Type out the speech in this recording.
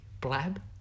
Blab